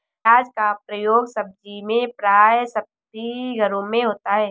प्याज का प्रयोग सब्जी में प्राय सभी घरों में होता है